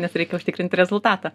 nes reikia užtikrinti rezultatą